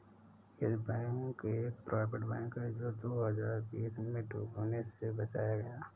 yes Bank एक private bank है जो दो हज़ार बीस में डूबने से बचाया गया